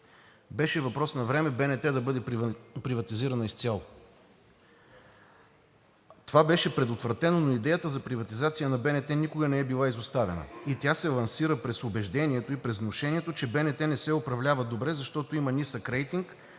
Беше въпрос на време БНТ да бъде приватизирана изцяло. Това беше предотвратено, но идеята за приватизация на БНТ никога не е била изоставяна и тя се лансира през убеждението и през внушението, че БНТ не се управлява добре, защото има нисък рейтинг,